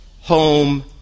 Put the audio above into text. home